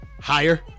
Higher